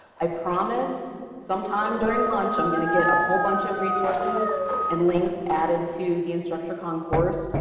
i promise sometime during lunch, i'm going to get a whole bunch of resources and links added to the instructurecon course.